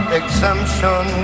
exemption